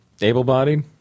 Able-bodied